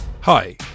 Hi